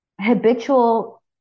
Habitual